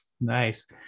nice